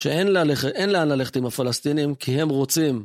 שאין לאן ללכת עם הפלסטינים כי הם רוצים.